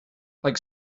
like